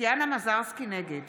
נגד